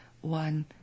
one